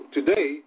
Today